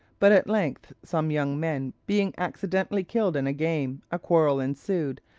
but at length some young men being accidentally killed in a game, a quarrel ensued,